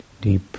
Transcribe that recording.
deep